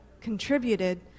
contributed